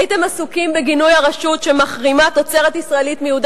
הייתם עסוקים בגינוי הרשות שמחרימה תוצרת ישראלית מיהודה